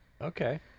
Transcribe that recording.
okay